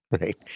Right